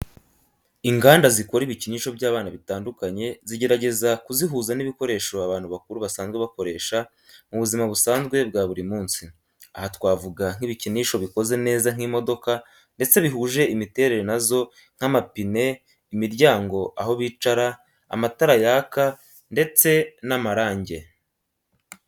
Inganda zikora ibikinisho by'abana bitandukanye zigerageza kuzihuza n'ibikoresho abantu bakuru basanzwe bakoreshwa mu buzima busanzwe bwa buri munsi. Aha twavuga nk'ibikinisho bikoze neza nk'imodoka ndetse bihuje imiterere nazo nk'amapine, imiryango, aho bicara, amatara yaka, ndetse n'amarange.